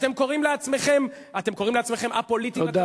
אתם קוראים לעצמכם א-פוליטי, תודה.